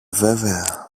βέβαια